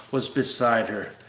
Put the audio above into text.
was beside her.